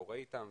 קורה איתם.